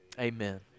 amen